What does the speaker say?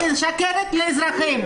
את משקרת לאזרחים.